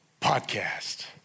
Podcast